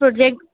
project